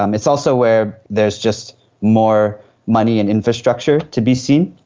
um it's also where there's just more money and infrastructure to be seen.